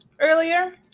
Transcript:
earlier